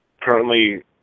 currently